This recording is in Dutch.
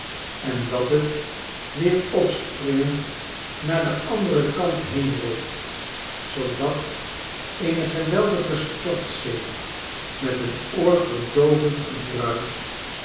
en dat het weer opspringend naar den anderen kant heenrolt totdat eene geweldige stortzee met een oorverdoovend